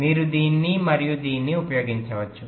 మీరు దీన్ని మరియు దీన్ని ఉపయోగించవచ్చు